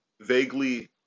vaguely